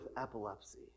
epilepsy